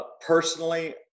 personally